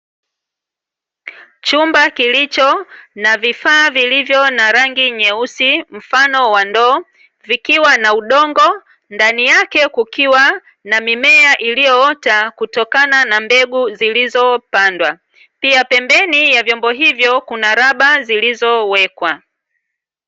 Chumba kilicho na vifaa vilivyo na rangi nyeusi mfano wa ndoo vikiwa na udongo, ndani yake kukiwa na mimea iliyoota kutokana na mbegu zilizopandwa. Pia pembeni ya vyombo hivyo kuna raba zilizowekwa.